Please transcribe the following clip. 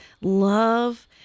love